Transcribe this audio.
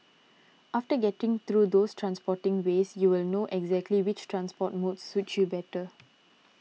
after getting through those transporting ways you will know exactly which transport modes suit you better